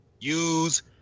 use